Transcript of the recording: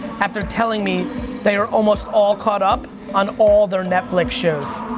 after telling me they are almost all caught up on all their netflix shows.